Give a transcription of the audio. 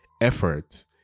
efforts